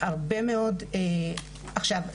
עכשיו,